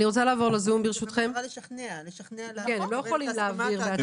הוא צריך לשכנע -- הם לא יכולים להעביר בעצמם.